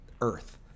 Earth